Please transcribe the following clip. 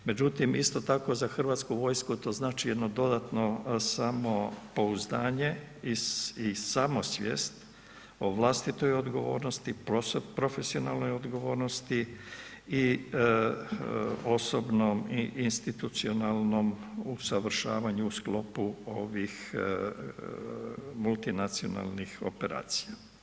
Međutim, isto tako za Hrvatsku vojsku to znači jedno dodatno samopouzdanje i samosvijest o vlastitoj odgovornosti, profesionalnoj odgovornosti i osobnom i institucionalnom usavršavanju u sklopu ovih multinacionalnih operacija.